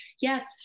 Yes